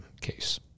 case